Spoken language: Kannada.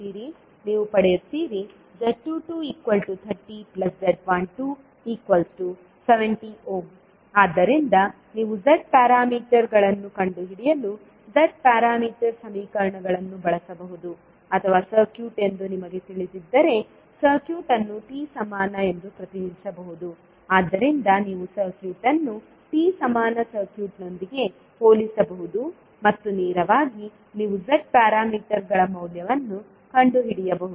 ನೀವು ಪಡೆಯುತ್ತೀರಿ z22 30z12 70 ಆದ್ದರಿಂದ ನೀವು Z ಪ್ಯಾರಾಮೀಟರ್ಗಳನ್ನು ಕಂಡುಹಿಡಿಯಲು Z ಪ್ಯಾರಾಮೀಟರ್ ಸಮೀಕರಣಗಳನ್ನು ಬಳಸಬಹುದು ಅಥವಾ ಸರ್ಕ್ಯೂಟ್ ಎಂದು ನಿಮಗೆ ತಿಳಿದಿದ್ದರೆ ಸರ್ಕ್ಯೂಟ್ ಅನ್ನು T ಸಮಾನ ಎಂದು ಪ್ರತಿನಿಧಿಸಬಹುದು ಆದ್ದರಿಂದ ನೀವು ಸರ್ಕ್ಯೂಟ್ ಅನ್ನು T ಸಮಾನ ಸರ್ಕ್ಯೂಟ್ನೊಂದಿಗೆ ಹೋಲಿಸಬಹುದು ಮತ್ತು ನೇರವಾಗಿ ನೀವು Z ಪ್ಯಾರಾಮೀಟರ್ಗಳ ಮೌಲ್ಯವನ್ನು ಕಂಡುಹಿಡಿಯಬಹುದು